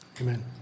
Amen